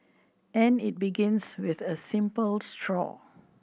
and it begins with a simple straw